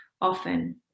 often